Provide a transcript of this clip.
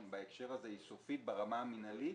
בהקשר הזה היא סופית ברמה המנהלית,